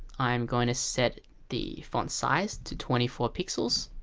i'm gonna set the font size to twenty four pixels